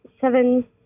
seven